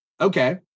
Okay